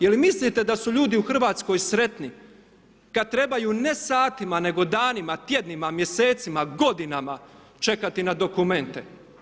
Jel mislite da su ljudi u Hrvatskoj sretni, kada trebaju ne satima, nego danima, tjednima, mjesecima, godinama, čekati na dokumente.